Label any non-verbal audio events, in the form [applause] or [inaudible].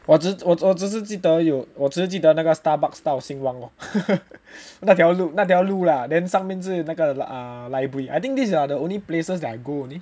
我只我只是记得有我只是记得那个 Starbucks 到新旺 lor [laughs] 那条那条路 lah then 上面是那个 library I think these are the only places that I go only